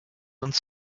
uns